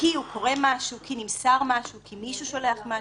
אם קורה משהו, אם נמסר משהו, אם מישהו שולח משהו.